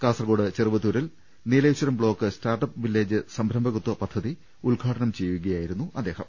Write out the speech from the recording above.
കാസർകോട് ചെറുവത്തൂരിൽ Nileshwaram block startup village സംരംഭകത്വ പദ്ധതി ഉദ്ഘാടനം ചെയ്യുകയായിരുന്നു മന്ത്രി